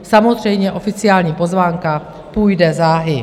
Samozřejmě oficiální pozvánka půjde záhy.